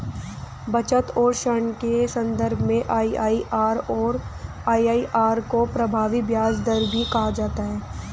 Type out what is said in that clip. बचत और ऋण के सन्दर्भ में आई.आई.आर को प्रभावी ब्याज दर भी कहा जाता है